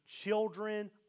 children